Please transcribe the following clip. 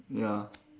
ya